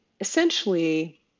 essentially